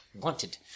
wanted